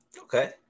Okay